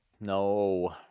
No